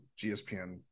GSPN